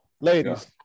ladies